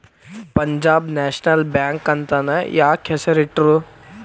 Punjab National Bank ಅಂತನ ಯಾಕ್ ಹೆಸ್ರಿಟ್ರು?